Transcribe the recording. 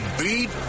beat